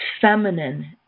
feminine